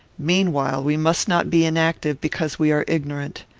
meanwhile, we must not be inactive because we are ignorant.